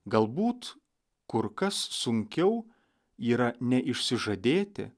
galbūt kur kas sunkiau yra neišsižadėti